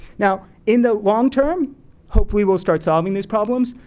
now, in the long term, hopefully we'll start solving these problems,